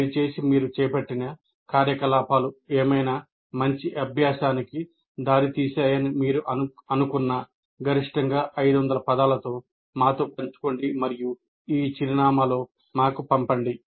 దయచేసి మీరు చేపట్టిన కార్యకలాపాలు ఏమైనా మంచి అభ్యాసానికి దారితీశాయని మీరు అనుకున్నా గరిష్టంగా 500 పదాలతో మాతో పంచుకోండి మరియు ఈ చిరునామాలో మాకు పంపండి